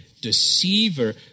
deceiver